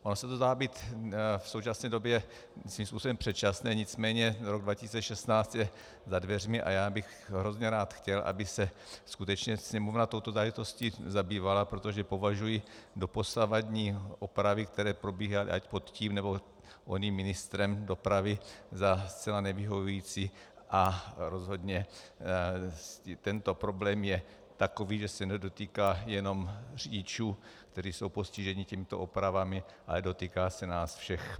Ono se to zdá být v současné době svým způsobem předčasné, nicméně rok 2016 je za dveřmi a já bych hrozně rád chtěl, aby se skutečně Sněmovna touto záležitostí zabývala, protože považuji dosavadní opravy, které probíhaly ať pod tím, nebo oním ministrem dopravy, za zcela nevyhovující, a rozhodně tento problém je takový, že se nedotýká jenom řidičů, kteří jsou postiženi těmito opravami, ale dotýká se nás všech.